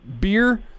beer